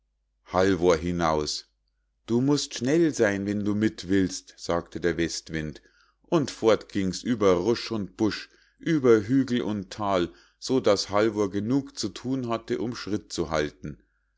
halvor hinaus du musst schnell sein wenn du mit willst sagte der westwind und fort ging's über rusch und busch über hügel und thal so daß halvor genug zu thun hatte um schritt zu halten